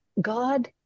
God